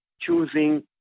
choosing